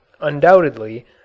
undoubtedly